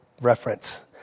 reference